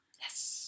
Yes